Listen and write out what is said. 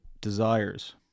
Desires